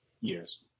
years